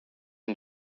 and